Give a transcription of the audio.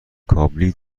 کابلی